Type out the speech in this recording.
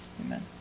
Amen